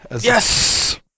Yes